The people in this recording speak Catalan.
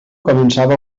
començava